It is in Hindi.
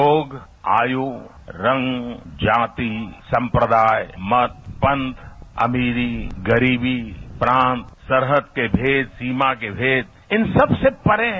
योग आयु रंग जाति सम्प्रदाय मत पंत अमीरी गरीबी प्रांत सरहद के भेद सीमा के भेद इन सबसे परे है